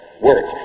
work